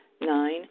Nine